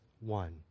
one